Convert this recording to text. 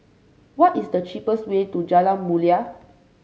what is the cheapest way to Jalan Mulia